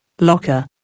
locker